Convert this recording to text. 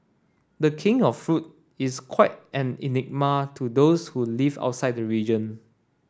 the King of Fruit is quite an enigma to those who live outside the region